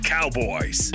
Cowboys